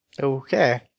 Okay